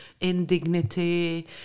indignity